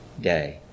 day